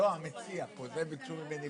אנחנו מקבלים תת-תקציב, בפועל